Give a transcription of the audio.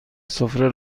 سفره